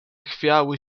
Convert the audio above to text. chwiały